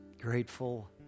Grateful